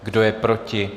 Kdo je proti?